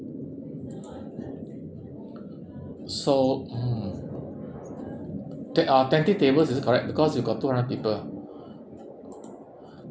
so mm te~ uh twenty tables is it correct because we got two hundred people